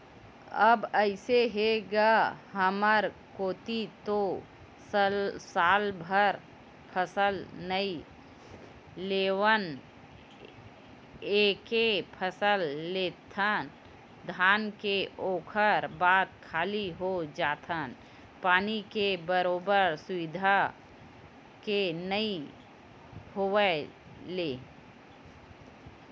अब अइसे हे गा हमर कोती तो सालभर फसल नइ लेवन एके फसल लेथन धान के ओखर बाद खाली हो जाथन पानी के बरोबर सुबिधा के नइ होय ले